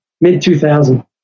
mid-2000